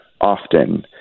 often